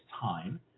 time